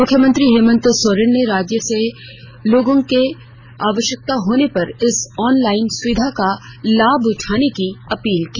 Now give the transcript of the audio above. मुख्यमंत्री हेमंत सोरेन ने राज्य के लोगों से आवश्यकता होने पर इस ऑनलाईन सुविधा का लाभ उठाने की अपील की